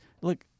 Look